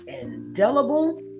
indelible